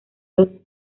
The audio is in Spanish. los